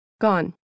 gone